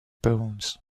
bones